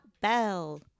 bell